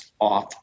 off